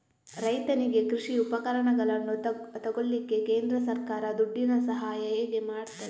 ರೈತನಿಗೆ ಕೃಷಿ ಉಪಕರಣಗಳನ್ನು ತೆಗೊಳ್ಳಿಕ್ಕೆ ಕೇಂದ್ರ ಸರ್ಕಾರ ದುಡ್ಡಿನ ಸಹಾಯ ಹೇಗೆ ಮಾಡ್ತದೆ?